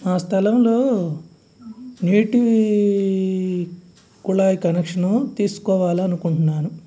నా స్థలంలో నీటి కుళాయి కనెక్షను తీసుకోవాలని అనుకుంటున్నాను